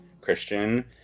Christian